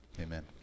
Amen